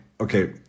okay